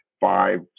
five